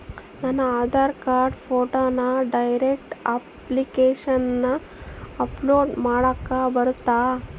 ನನ್ನ ಆಧಾರ್ ಕಾರ್ಡ್ ಫೋಟೋನ ಡೈರೆಕ್ಟ್ ಅಪ್ಲಿಕೇಶನಗ ಅಪ್ಲೋಡ್ ಮಾಡಾಕ ಬರುತ್ತಾ?